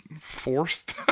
forced